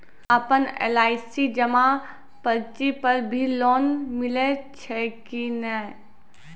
आपन एल.आई.सी जमा पर्ची पर भी लोन मिलै छै कि नै?